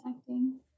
acting